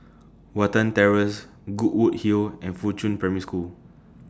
Watten Terrace Goodwood Hill and Fuchun Primary School